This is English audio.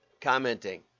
commenting